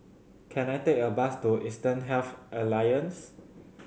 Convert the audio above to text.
can I take a bus to Eastern Health Alliance